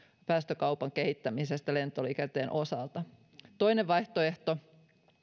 päästökaupan kehittämistä lentoliikenteen osalta toinen vaihtoehto